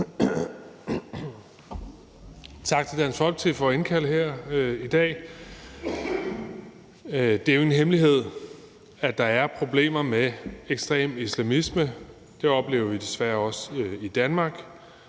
Tak til Dansk Folkeparti for at indkalde her i dag. Det er jo ingen hemmelighed, at der er problemer med ekstrem islamisme. Det oplever vi desværre også i Danmark: